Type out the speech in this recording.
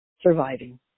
surviving